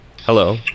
hello